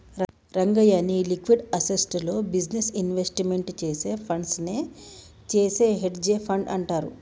రంగయ్య, నీ liquid assets లో business investment చేసే ఫండ్స్ నే చేసే హెడ్జె ఫండ్ అంటారు